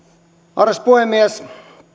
arvoisa puhemies